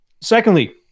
Secondly